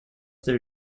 their